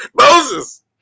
Moses